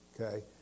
Okay